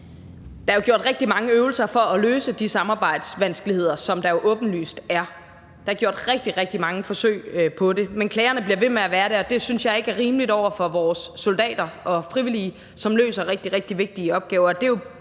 Der er jo gjort rigtig mange øvelser for at løse de samarbejdsvanskeligheder, som der jo åbenlyst er. Der er gjort rigtig, rigtig mange forsøg på det, men klagerne bliver ved med at være der, og det synes jeg ikke er rimeligt over for vores soldater og frivillige, som løser rigtig, rigtig